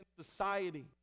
society